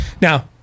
now